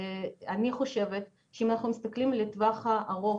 אני חושבת שאם אנחנו מסתכלים לטווח הארוך,